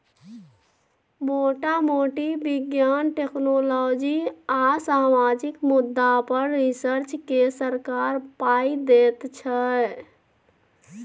मोटा मोटी बिज्ञान, टेक्नोलॉजी आ सामाजिक मुद्दा पर रिसर्च केँ सरकार पाइ दैत छै